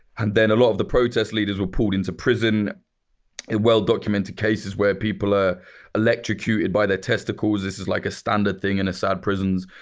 and then a lot of the protests leaders were pulled into prison in well documented cases where people are electrocuted by their testicles. this is like a standard thing in assad prisons.